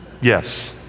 yes